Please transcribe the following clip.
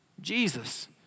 Jesus